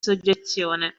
soggezione